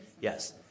yes